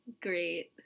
great